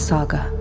Saga